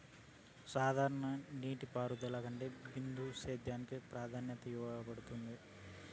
సాధారణ నీటిపారుదల కంటే బిందు సేద్యానికి ప్రాధాన్యత ఇవ్వబడుతుంది